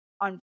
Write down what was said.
on